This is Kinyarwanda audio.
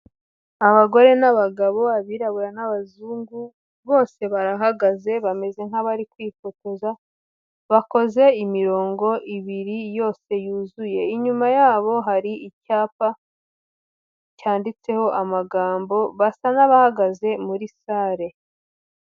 Abagore n'abagabo, abirabura n'abazungu bose barahagaze bameze nk'abari kwifotoza, bakoze imirongo ibiri yose yuzuye, inyuma yabo hari icyapa cyanditseho amagambo basa n'abahagaze muri sale.